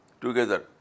together